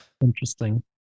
interesting